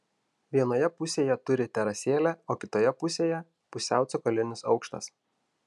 vienoje pusėje turi terasėlę o kitoje pusėje pusiau cokolinis aukštas